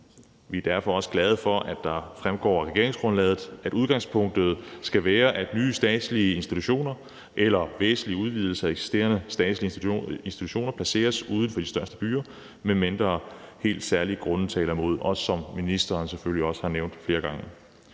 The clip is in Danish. Vi er derfor også glade for, at det af regeringsgrundlaget fremgår, at udgangspunktet skal være, at nye statslige institutioner eller væsentlige udvidelser af eksisterende statslige institutioner placeres uden for de største byer, medmindre helt særlige grunde taler imod det, som ministeren også har nævnt flere gange.